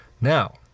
Now